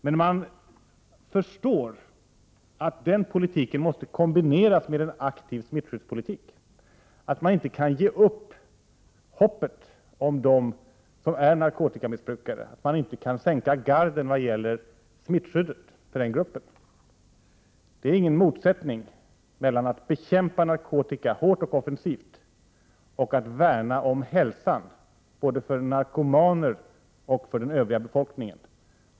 Men man förstår att den politiken måste kombineras mera aktiv smittskyddspolitik, att man inte kan ge upp hoppet om dem som är narkotikamissbrukare och att man inte kan 11 Prot. 1988/89:105 sänka garden vad gäller smittskyddet för den gruppen. Det är ingen motsättning mellan att bekämpa narkotika hårt och offensivt och att värna om hälsan både för narkomaner och för den övriga befolkningen.